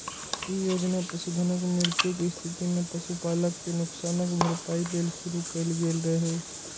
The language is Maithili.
ई योजना पशुधनक मृत्युक स्थिति मे पशुपालक कें नुकसानक भरपाइ लेल शुरू कैल गेल रहै